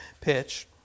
pitch